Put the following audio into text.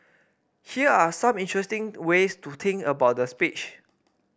here are some interesting ways to think about the speech